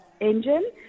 engine